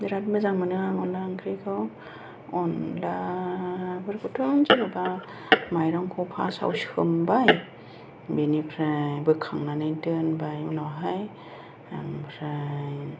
बेराद मोजां मोनो आं अनला ओंख्रिखौ अनलाफोरखौथ' आं जेनेबा माइरंखौै फार्स्तआव सोमबाय बेनिफ्राय बोखांनानै दोनबाय उनावहाय ओमफ्राय